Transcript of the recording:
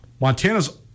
Montana's